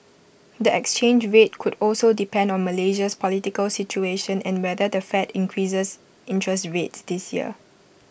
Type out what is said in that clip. the exchange rate could also depend on Malaysia's political situation and whether the fed increases interest rates this year